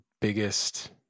biggest